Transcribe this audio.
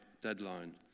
deadline